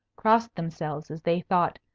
crossed themselves as they thought,